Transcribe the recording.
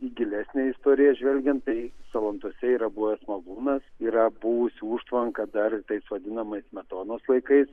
į gilesnę istoriją žvelgiant tai salantuose yra buvęs malūnas yra buvusi užtvanka dar tais vadinamais smetonos laikais